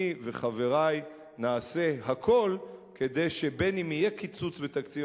אני וחברי נעשה הכול כדי שבין אם יהיה קיצוץ בתקציב